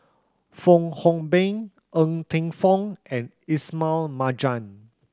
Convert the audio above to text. Fong Hoe Beng Ng Teng Fong and Ismail Marjan